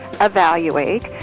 evaluate